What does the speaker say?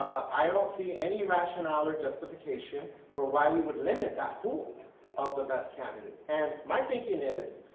i don't see any rationale or justification for why we would limit that pool of the best candidates, and my thinking is,